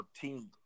team